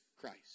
Christ